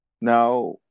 now